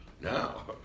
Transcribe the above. Now